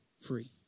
free